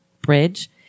Bridge